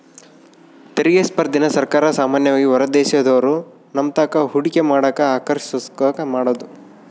ತೆರಿಗೆ ಸ್ಪರ್ಧೆನ ಸರ್ಕಾರ ಸಾಮಾನ್ಯವಾಗಿ ಹೊರದೇಶದೋರು ನಮ್ತಾಕ ಹೂಡಿಕೆ ಮಾಡಕ ಆಕರ್ಷಿಸೋದ್ಕ ಮಾಡಿದ್ದು